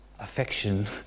Affection